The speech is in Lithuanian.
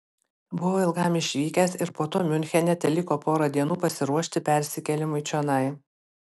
buvau ilgam išvykęs ir po to miunchene teliko pora dienų pasiruošti persikėlimui čionai